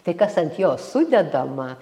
tai kas ant jos sudedama